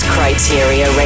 Criteria